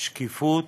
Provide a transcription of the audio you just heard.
שקיפות,